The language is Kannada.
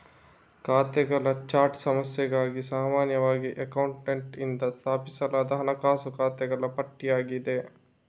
ಖಾತೆಗಳ ಚಾರ್ಟ್ ಸಂಸ್ಥೆಗಾಗಿ ಸಾಮಾನ್ಯವಾಗಿ ಅಕೌಂಟೆಂಟಿನಿಂದ ಸ್ಥಾಪಿಸಲಾದ ಹಣಕಾಸು ಖಾತೆಗಳ ಪಟ್ಟಿಯಾಗಿದೆ